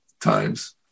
times